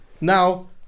Now